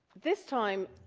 this time,